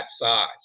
size